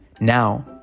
Now